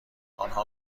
آنها